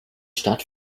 stadt